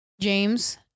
James